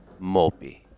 mopey